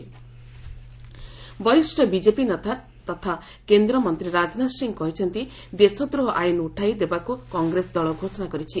Rajnath MP ବରିଷ୍ଣ BJP ନେତା ତଥା କେନ୍ଦ୍ରମନ୍ତ୍ରୀ ରାଜନାଥ ସିଂହ କହିଛନ୍ତି ଦେଶ ଦ୍ରୋହ ଆଇନ୍ ଉଠାଇ ଦେବାକୁ କଂଗ୍ରେସ ଦଳ ଘୋଷଣା କରିଛି